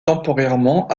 temporairement